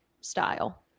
style